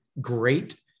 great